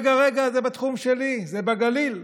רגע רגע, זה בתחום שלי, זה בגליל,